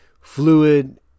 fluid